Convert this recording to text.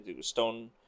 stone